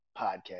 podcast